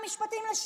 שר המשפטים לשעבר,